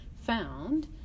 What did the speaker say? found